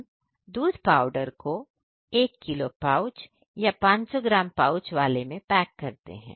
हम दूध पाउडर को 1 किलो पाउच या 500 ग्राम पाउच वाले में पैक करते हैं